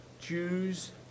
Jews